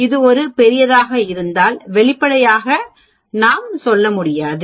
இது ஒரு பெரியதாக இருந்தால் வெளிப்படையாக நாம் சொல்ல முடியாது